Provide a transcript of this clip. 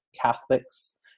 Catholics